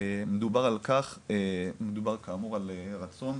דובר כאמור על רצון,